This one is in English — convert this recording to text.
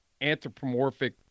anthropomorphic